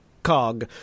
cog